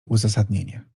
uzasadnienie